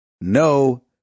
no